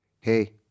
Hey